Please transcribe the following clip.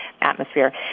atmosphere